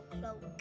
cloak